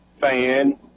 fan